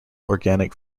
organic